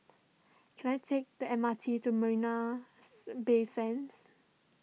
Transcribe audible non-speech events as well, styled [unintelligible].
can I take the M R T to Marina [unintelligible] Bay Sands